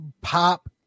pop